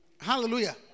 Hallelujah